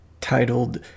titled